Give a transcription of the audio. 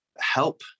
help